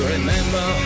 Remember